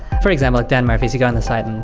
for example dan murphys, you go on the site, and